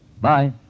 Bye